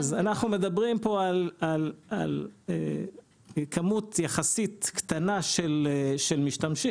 מדברים פה על כמות יחסית קטנה של משתמשים